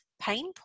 pain